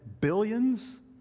billions